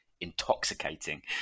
intoxicating